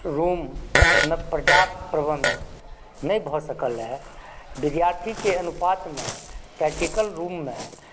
रूमम पर्याप्त प्रबंध नहि भए सकल रह विद्यार्थीके अनुपातम प्रैक्टिकल रूममे